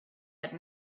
had